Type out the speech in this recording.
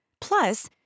Plus